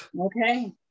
okay